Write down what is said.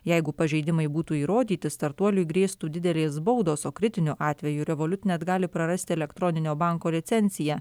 jeigu pažeidimai būtų įrodyti startuoliui grėstų didelės baudos o kritiniu atveju revoliut net gali prarasti elektroninio banko licenciją